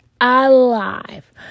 alive